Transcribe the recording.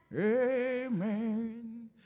Amen